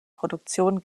produktion